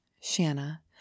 Shanna